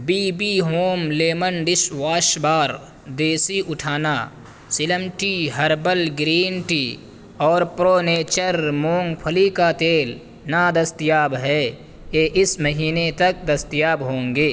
be B home lemon dish wash bar دیسی اٹھنہ slim tea herbal green tea اور pro nature مونگ پھلی کا تیل نادستیاب ہے یہ اس مہینے تک دستیاب ہوں گے